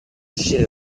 uscire